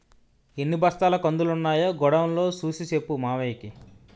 ఎన్ని బస్తాల కందులున్నాయో గొడౌన్ లో సూసి సెప్పు మావయ్యకి